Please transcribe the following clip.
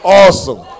awesome